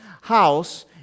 house